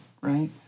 right